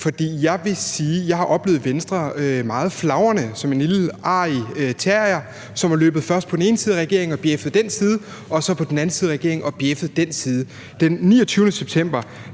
Jeg vil sige, at jeg har oplevet Venstre meget flagrende, som en lille, arrig terrier, som først har løbet på den ene side af regeringen og bjæffet på den side og så løbet på den anden side af regeringen og bjæffet på den side. Den 29. september